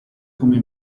come